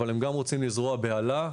אבל הם גם רוצים לזרוע בהלה,